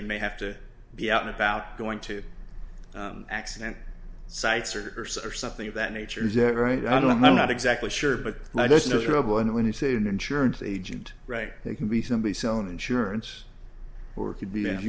he may have to be out and about going to accident sites or something of that nature is that right i don't know i'm not exactly sure but now there's no trouble and when you say an insurance agent right they can be somebody's cell phone insurance or could be as